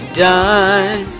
done